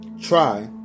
try